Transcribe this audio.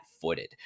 footed